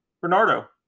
Bernardo